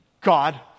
God